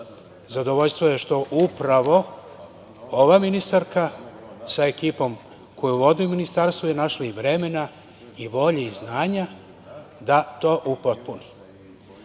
Zadovoljstvo je što upravo ova ministarka, sa ekipom koju vodi u ministarstvu, je našla i vremena i volje i znanja da to upotpuni.Zašto